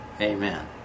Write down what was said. Amen